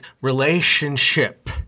relationship